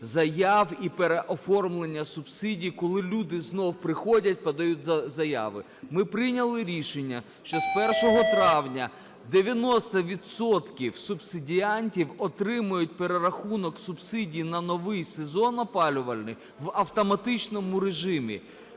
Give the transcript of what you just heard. заяв і переоформлення субсидій, коли люди знову приходять, подають заяви. Ми прийняли рішення, що з 1 травня 90 відсотків субсидіантів отримають перерахунок субсидій на новий сезон опалювальний в автоматичному режимі.